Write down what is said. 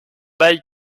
bail